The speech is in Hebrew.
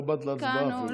לא באת להצבעה אפילו.